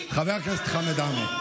חבר הכנסת חמד עמאר.